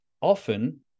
often